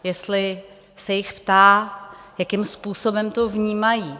Jestli se jich ptá, jakým způsobem to vnímají.